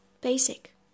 Basic